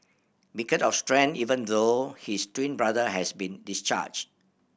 beacon of strength even though his twin brother has been discharged